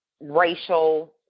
racial